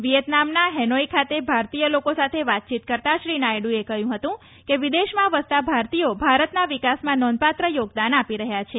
વિયેતનામના Hanoi ખાતે ભારતીય લોકો સાથે વાતચીત કરતાં શ્રી નાયડુએ કહ્યું ફતું કે વિદેશમાં વસતા ભારતીયો ભારતના વિકાસમાં નોંધપાત્ર આપી રહ્યા છે